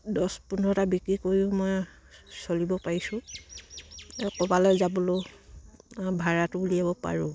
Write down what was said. দছ পোন্ধৰটা বিক্ৰী কৰিও মই চলিব পাৰিছোঁ ক'বালে যাবলৈও ভাড়াটো উলিয়াব পাৰোঁ